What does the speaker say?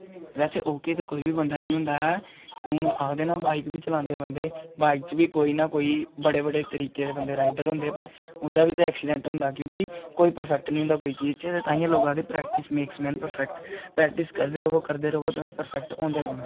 बैसे ओके ते कोई बी बंदा निं होंदा ऐ हून आखदे ना बाइक बी चलांदे बंदे बाइक च बी कोई ना कोई बड़े बड़े तरीके दे बंदे राइडर होंदे पर उं'दा बी ते एक्सीडेंट होंदा क्योंकि कोई परफेक्ट निं होंदा जिन्दगी च ताहियें लोग आखदे practice makes a man perfect practice करदे र'वो करदे र'वो तुसें परफेक्ट होंदे रौह्ना